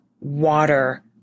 water